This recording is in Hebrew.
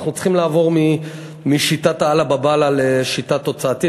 אנחנו צריכים לעבור משיטת עלא באב אללה לשיטה תוצאתית.